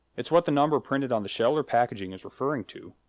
it's what the number printed on the shell or packaging is referring to,